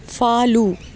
follow